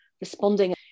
responding